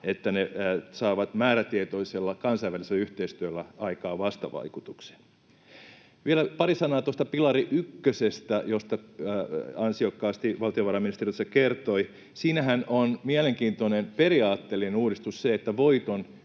että ne saavat määrätietoisella kansainvälisellä yhteistyöllä aikaan vastavaikutuksen. Vielä pari sanaa tuosta pilari ykkösestä, josta ansiokkaasti valtiovarainministeri tässä kertoi. Siinähän on mielenkiintoinen periaatteellinen uudistus se, että voiton